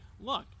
look